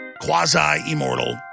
quasi-immortal